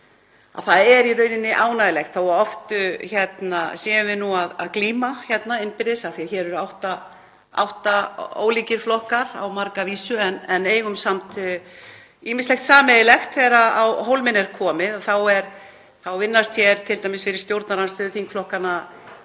það er í rauninni ánægjulegt að þó að við séum hérna að glíma innbyrðis, af því að hér eru átta ólíkir flokkar á marga vísu, eigum við samt ýmislegt sameiginlegt þegar á hólminn er komið og þá vinnast hér t.d. fyrir stjórnarandstöðuþingflokkana,